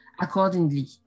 accordingly